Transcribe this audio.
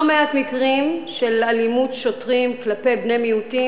מעט מקרים של אלימות שוטרים כלפי בני מיעוטים,